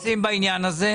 ומה אתם עושים בעניין הזה?